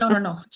ah no, no,